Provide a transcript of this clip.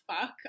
fuck